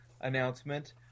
announcement